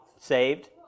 saved